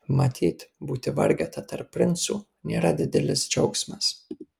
matyt būti vargeta tarp princų nėra didelis džiaugsmas